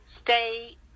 Stay